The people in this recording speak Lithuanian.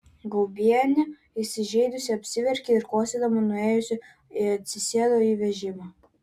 gaubienė įsižeidusi apsiverkė ir kosėdama nuėjusi atsisėdo į vežimą